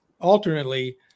alternately